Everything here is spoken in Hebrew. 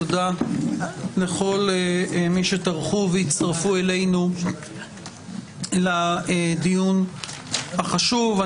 תודה לכל מי שטרחו והצטרפו אלינו לדיון החשוב.